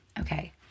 okay